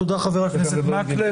תודה, חבר הכנסת מקלב.